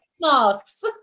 masks